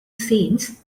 scenes